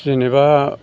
जेनेबा